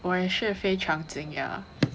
我也是非常惊讶